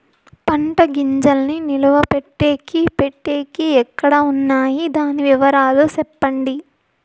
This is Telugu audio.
పంటల గింజల్ని నిలువ పెట్టేకి పెట్టేకి ఎక్కడ వున్నాయి? దాని వివరాలు సెప్పండి?